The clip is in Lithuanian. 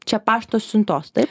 čia pašto siuntos taip